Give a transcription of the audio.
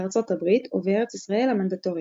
בארצות הברית ובארץ ישראל המנדטורית.